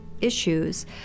issues